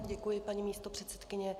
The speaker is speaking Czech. Děkuji, paní místopředsedkyně.